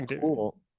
cool